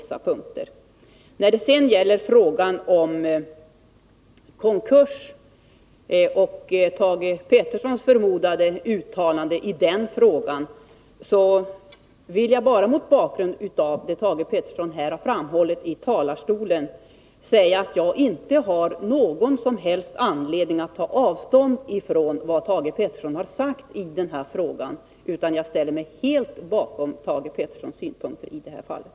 vissa enheter inom När det sedan gäller frågan om konkurs och Thage Petersons förmodade wCB uttalande i den frågan vill jag bara, mot bakgrund av det som Thage Peterson har framhållit här i talarstolen, säga att jag inte har någon som helst anledning att ta avstånd från vad han har sagt, utan jag ställer mig helt bakom hans synpunkter i det här fallet.